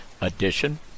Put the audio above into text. edition